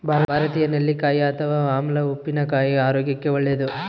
ಭಾರತೀಯ ನೆಲ್ಲಿಕಾಯಿ ಅಥವಾ ಆಮ್ಲ ಉಪ್ಪಿನಕಾಯಿ ಆರೋಗ್ಯಕ್ಕೆ ಒಳ್ಳೇದು